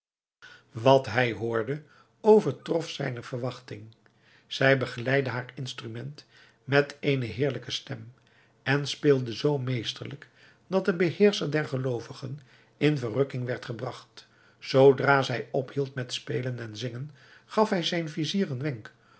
wat hij hoorde overtrof zijne verwachting zij begeleidde haar instrument met eene heerlijke stem en speelde zoo meesterlijk dat de beheerscher der geloovigen in verrukking werd gebragt zoodra zij ophield met spelen en zingen gaf hij zijn vizier een wenk